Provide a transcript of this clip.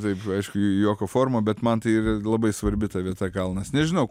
taip aišku juoko forma bet man tai yra labai svarbi ta vieta kalnas nežinau